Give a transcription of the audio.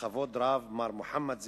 בכבוד רב, מוחמד זידאן,